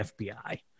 FBI